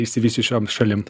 išsivysčiusiom šalim